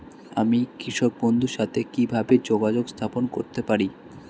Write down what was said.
আমি কৃষক বন্ধুর সাথে কিভাবে যোগাযোগ স্থাপন করতে পারি?